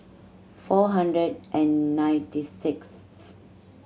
four hundred and ninety sixth